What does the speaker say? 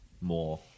more